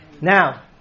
now